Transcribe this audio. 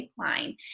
pipeline